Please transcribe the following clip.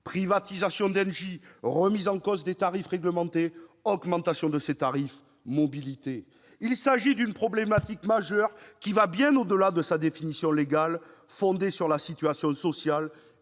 privatisation d'Engie, remise en cause des tarifs réglementés, augmentation de ces derniers, mobilité ... Il s'agit d'une problématique majeure qui va bien au-delà de sa définition légale, fondée sur la situation sociale